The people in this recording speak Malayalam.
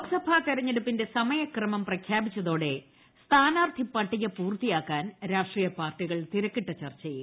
ലോക്സഭാ തെരഞ്ഞെടുപ്പിന്റെ സമയക്രമം പ്രഖ്യാപിച്ചതോടെ സ്ഥാനാർത്ഥി പട്ടിക പൂർത്തിയാക്കാൻ രാഷ്ട്രീയ പാർട്ടികൾ തിരക്കിട്ട ചർച്ചയിൽ